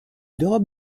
d’europe